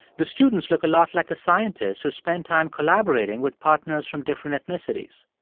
the students look a lot like the scientists who spend time collaborating with partners from different ethnicities.